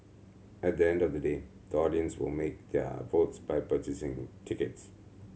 at end of the day the audience will make their votes by purchasing tickets